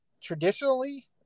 traditionally